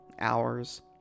hours